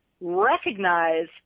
recognize